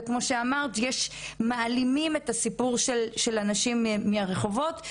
וכמו שאמרת, מעלימים את הסיפור של הנשים מהרחובות.